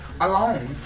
alone